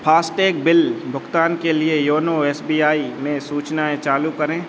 FASTag bill भुगतान के लिए योनो एस बी आई में सूचनाएँ चालू करें